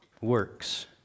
works